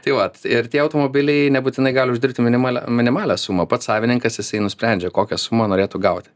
tai vat ir tie automobiliai nebūtinai gali uždirbti minimalią minimalią sumą pats savininkas jisai nusprendžia kokią sumą norėtų gauti